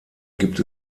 gibt